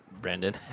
Brandon